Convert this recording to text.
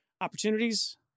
opportunities